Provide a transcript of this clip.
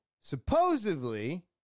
supposedly